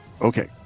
Okay